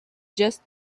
just